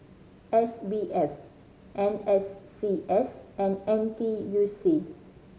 S B F N S C S and N T U C